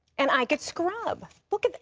and i could scrub. look at that.